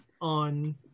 on